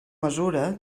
mesura